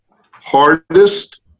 hardest